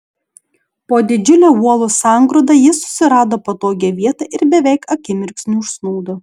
po didžiule uolų sangrūda jis susirado patogią vietą ir beveik akimirksniu užsnūdo